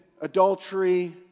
adultery